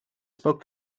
spoke